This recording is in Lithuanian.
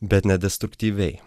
bet ne destruktyviai